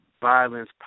violence